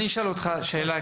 אני אשאל אותך שאלה,